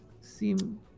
seem